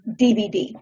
dvd